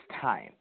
time